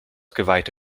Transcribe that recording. geweihte